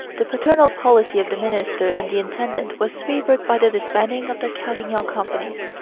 the paternal policy of the minister and the intendant was favoured by the disbanding of the carignan companies.